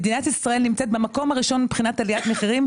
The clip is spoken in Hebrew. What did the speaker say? מדינת ישראל נמצאת במקום הראשון מבחינת עליית מחירים,